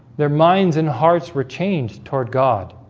their minds and hearts were changed toward god